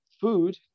food